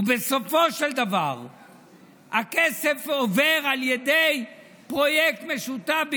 בסופו של דבר הכסף עובר על ידי פרויקט משותף,